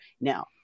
now